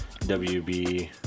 WB